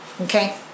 Okay